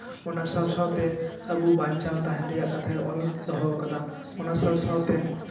ᱚᱱᱟ ᱥᱟᱶ ᱥᱟᱶᱛᱮ ᱟᱵᱚ ᱵᱟᱧᱪᱟᱣ ᱛᱟᱦᱮᱱ ᱨᱮᱭᱟᱜ ᱠᱟᱛᱷᱟᱭ ᱚᱞ ᱫᱚᱦᱚᱣ ᱠᱟᱫᱟ ᱚᱱᱟ ᱥᱟᱶ ᱥᱟᱶᱛᱮ